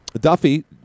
Duffy